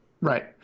right